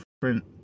different